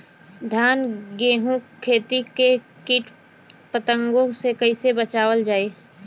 धान गेहूँक खेती के कीट पतंगों से कइसे बचावल जाए?